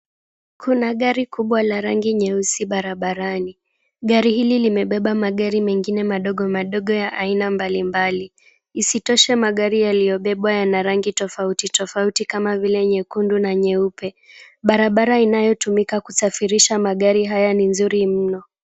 Kuna gari kubwa la rangi nyeusi barabarani. Gari hili limebeba magari mengine madogo madogo ya aina mbali mbali. Isitoshe magari yaliyobebwa yana rangi tofauti tofauti kama vile nyekundu na nyeupe. Barabara inayotumika kusafirisha magari haya ni mzuri mno.